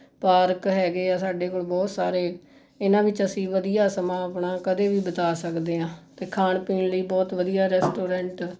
park ਹੈਗੇ ਹੈ ਸਾਡੇ ਕੋਲ ਬਹੁਤ ਸਾਰੇ ਇਹਨਾਂ ਵਿੱਚ ਅਸੀਂ ਵਧੀਆ ਸਮਾਂ ਆਪਣਾ ਕਦੇ ਵੀ ਬਿਤਾ ਸਕਦੇ ਹਾਂ ਅਤੇ ਖਾਣ ਪੀਣ ਲਈ ਬਹੁਤ ਵਧੀਆ ਰੈਸਟੋਰੈਂਟ